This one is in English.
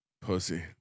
Pussy